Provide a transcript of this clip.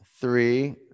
three